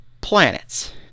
planets